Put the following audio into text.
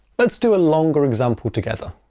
let's do a longer example together